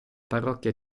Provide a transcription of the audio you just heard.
parrocchia